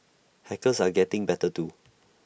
hackers are getting better too